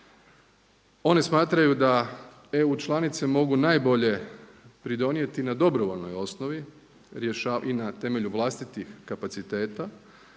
One smatraju da EU članice mogu najbolje pridonijeti na dobrovoljnoj osnovi i na temelju vlastitih kapaciteta